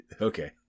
okay